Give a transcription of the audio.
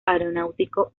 aeronáutico